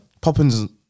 Poppins